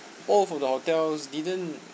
both of the hotels didn't